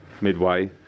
midway